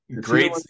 great